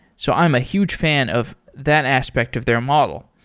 so i'm a huge fan of that aspect of their model.